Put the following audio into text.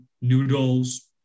noodles